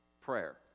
prayer